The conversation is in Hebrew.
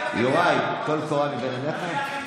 יוראי, טול קורה מבין עיניך.